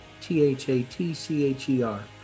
T-H-A-T-C-H-E-R